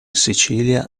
sicilia